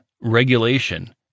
regulation